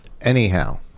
anyhow